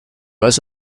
was